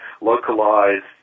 localized